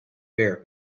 bear